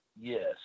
Yes